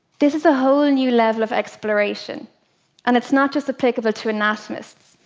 this is a whole and new level of exploration and it's not just applicable to anatomists.